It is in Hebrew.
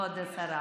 כבוד השרה.